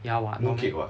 ya [what]